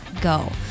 go